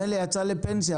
מילא כשיוצאים לפנסיה,